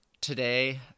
today